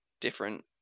different